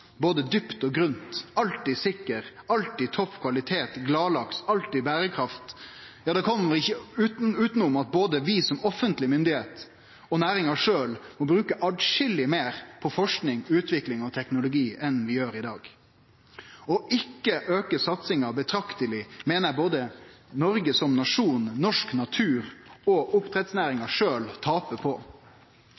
både djupt og grunt, alltid sikker, alltid topp kvalitet – gladlaks – alltid berekraft, kjem vi ikkje utanom at både vi som offentleg myndigheit og næringa sjølv må bruke atskilleg meir på forsking, utvikling og teknologi enn vi gjer i dag. Ikkje å auke satsinga betrakteleg meiner eg både Noreg som nasjon, norsk natur og oppdrettsnæringa